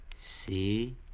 See